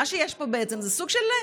מה שיש פה בעצם זה סוג של,